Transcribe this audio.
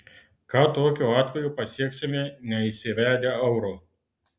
ką tokiu atveju pasieksime neįsivedę euro